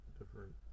different